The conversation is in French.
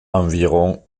environ